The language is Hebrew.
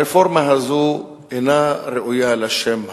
הרפורמה הזאת אינה ראויה לשם רפורמה.